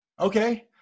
okay